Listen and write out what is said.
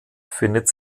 findet